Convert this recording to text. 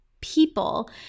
people